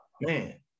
man